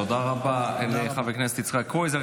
תודה רבה לחבר הכנסת יצחק קרויזר.